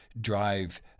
drive